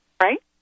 right